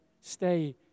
stay